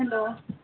hello